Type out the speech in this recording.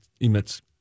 emits